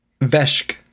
Veshk